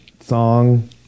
song